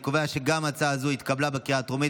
אני קובע כי גם הצעה זו התקבלה בקריאה הטרומית